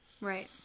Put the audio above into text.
Right